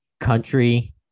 country